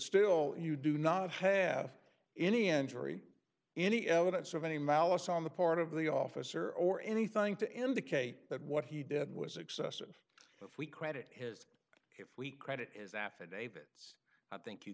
still you do not have any injury any evidence of any malice on the part of the officer or anything to indicate that what he did was excessive but if we credit his if we credit is affidavits i think you